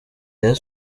rayon